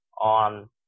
on